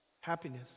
happiness